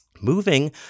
Moving